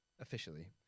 Officially